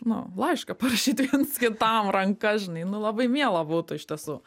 nu laišką parašyt viens kitam ranka žinai nu labai miela būtų iš tiesų